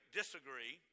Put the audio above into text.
disagree